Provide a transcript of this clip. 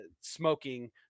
smoking –